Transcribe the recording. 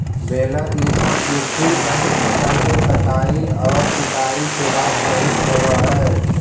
baler इ सब कृषि यन्त्र फसल के कटाई औउर कुटाई के बाद प्रयुक्त होवऽ हई